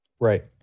Right